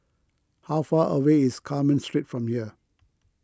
how far away is Carmen Street from here